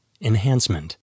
enhancement